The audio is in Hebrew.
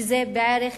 שזה בערך